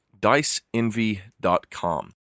DiceEnvy.com